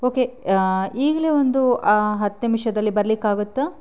okay ಈಗಲೇ ಒಂದು ಹತ್ತು ನಿಮಿಷದಲ್ಲಿ ಬರಲಿಕ್ಕಾಗುತ್ತಾ